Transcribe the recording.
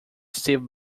steve